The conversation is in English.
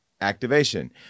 activation